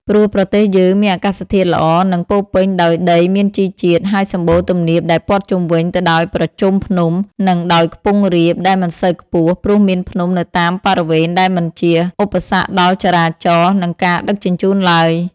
ព្រោះប្រទេសយើងមានអាកាសធាតុល្អ និង ពោពេញដោយដីមានជីជាតិ ហើយសម្បូរទំនាបដែលព័ទ្ធជុំវិញទៅដោយប្រជុំភ្នំ និងដោយខ្ពង់រាប ដែលមិនសូវខ្ពស់ ព្រោះមានភ្នំនៅតាមបរិវេណដែលមិនជាឧបសគ្គដល់ចរាចរណ៍ និងការដឹកជញ្ជូនឡើយ។